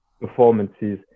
performances